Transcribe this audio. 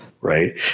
Right